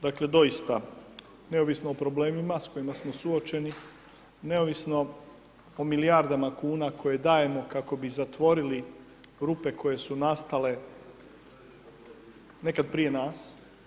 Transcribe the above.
Dakle doista, neovisno o problemima s kojima smo suočeni, neovisno o milijardama kuna koje dajemo kako bi zatvorili rupe koje su nastale nekad prije nas.